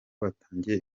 batangiye